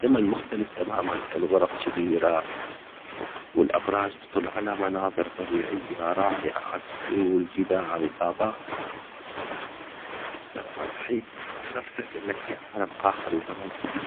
زمن مختلف تماما الغرف كبيرة. والابراج تطل على مناظر طبيعية رائعة جباع الغابات. ترى نفسك انك في عالم اخر وزمن ثاني